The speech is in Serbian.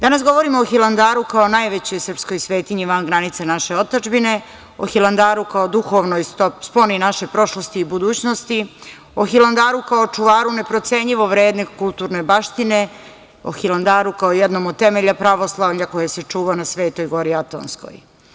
Danas govorimo o Hilandaru, kao najvećoj srpskoj svetinji van granica naše otadžbine, o Hilandaru kao duhovnoj sponi naše prošlosti i budućnosti, o Hilandaru kao čuvaru neprocenjivo vredne kulturne baštine, o Hilandaru kao jednom od temelja pravoslavlja koji se čuva na Svetoj gori Atonskoj.